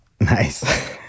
nice